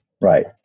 Right